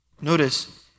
Notice